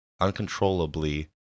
uncontrollably